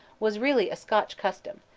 was really a scotch custom,